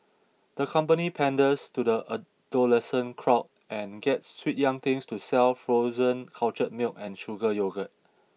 the company panders to the adolescent crowd and gets sweet young things to sell frozen cultured milk and sugar yogurt